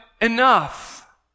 enough